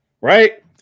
right